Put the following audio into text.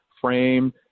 frame